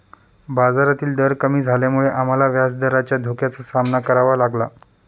बाजारातील दर कमी झाल्यामुळे आम्हाला व्याजदराच्या धोक्याचा सामना करावा लागला